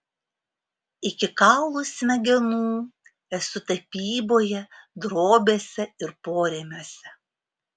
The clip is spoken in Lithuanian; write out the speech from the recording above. iki kaulų smegenų esu tapyboje drobėse ir porėmiuose